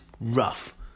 rough